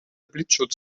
blitzschutz